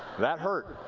that hurt.